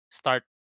start